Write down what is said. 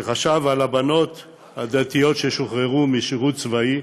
שחשב על הבנות הדתיות ששוחררו משירות צבאי,